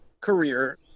career